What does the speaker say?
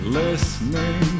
listening